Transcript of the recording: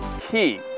Key